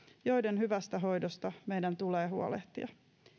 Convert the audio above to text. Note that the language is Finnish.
joiden hyvästä hoidosta meidän tulee huolehtia